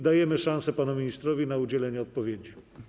Dajemy szansę panu ministrowi na udzielenie odpowiedzi.